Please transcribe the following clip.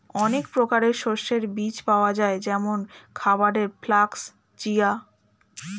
অনেক প্রকারের শস্যের বীজ পাওয়া যায় যেমন খাবারের ফ্লাক্স, চিয়া